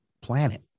planet